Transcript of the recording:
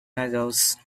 meadows